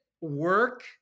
work